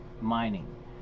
mining